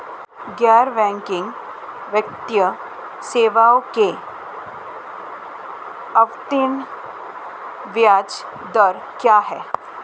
गैर बैंकिंग वित्तीय सेवाओं में आवर्ती ब्याज दर क्या है?